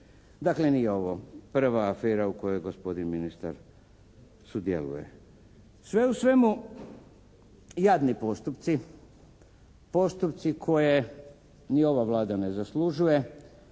Dakle nije ovo prva afera u kojoj je gospodin ministar sudjeluje. Sve u svemu jadni postupci. Postupci koje ni ova Vlada ne zaslužuje